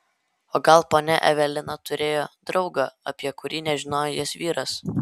o gal ponia evelina turėjo draugą apie kurį nežino jos vyras